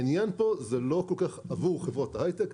העניין פה זה לא כל כך עבור חברות ההייטק,